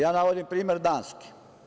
Ja navodim primer Danske.